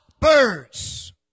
Birds